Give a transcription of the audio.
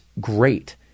great